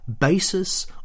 basis